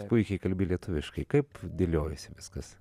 puikiai kalbi lietuviškai kaip dėliojosi viskas